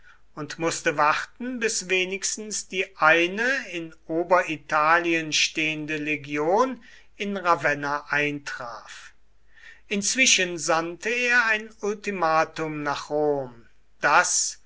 und mußte warten bis wenigstens die eine in oberitalien stehende legion in ravenna eintraf inzwischen sandte er ein ultimatum nach rom das